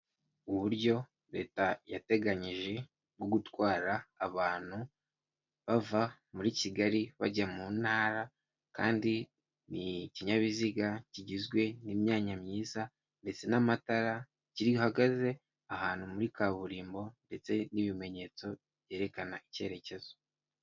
Uburyo leta yateganyije bwo gutwara abantu bava muri Kigali bajya mu ntara kandi ni ikinyabiziga kigizwe n'imyanya myiza ndetse n'amatara gihagaze ahantu muri kaburimbo ndetse n'ibimenyetso byerekana icyerekezo.